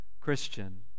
Christian